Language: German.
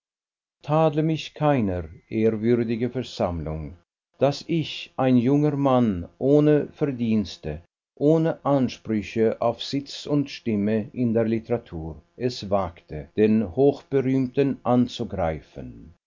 tadle mich keiner ehrwürdige versammlung daß ich ein junger mann ohne verdienste ohne ansprüche auf sitz und stimme in der literatur es wagte den hochberühmten anzugreifen